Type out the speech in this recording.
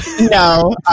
No